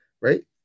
right